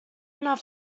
not